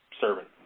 servant